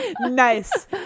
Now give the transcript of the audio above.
Nice